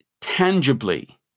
tangibly